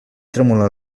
tremolar